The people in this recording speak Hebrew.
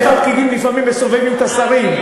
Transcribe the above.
איך הפקידים לפעמים מסובבים את השרים.